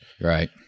Right